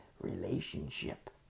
relationship